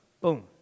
Boom